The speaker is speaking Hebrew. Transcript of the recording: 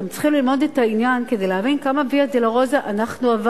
אתם צריכים ללמוד את העניין כדי להבין איזו ויה דולורוזה עברנו,